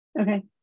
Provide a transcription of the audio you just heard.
Okay